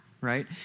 right